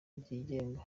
ryigenga